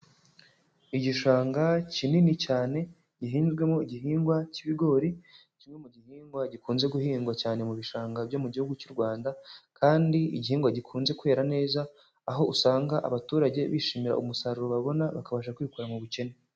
Igishanga kinini cyane gihinzwemo igihingwa cy'ibigori. Kimwe mu gihingwa gikunze guhingwa cyane mu bishanga byo mu gihugu cy'u Rwanda, kandi igihingwa gikunze kwera neza, aho usanga abaturage bishimira umusaruro babona bakabasha kwikura mu bukene.